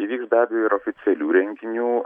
įvyks be abejo ir oficialių renginių